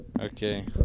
Okay